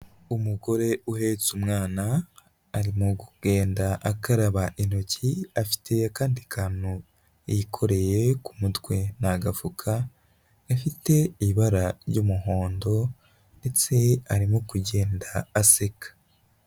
Umugore uhetse umwana arimo kugenda akaraba intoki, afite akandi kantu yikoreye ku mutwe, ni agafuka gafite ibara ry'umuhondo ndetse arimo kugenda aseka.